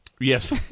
Yes